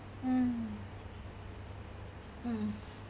mm mm